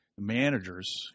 Managers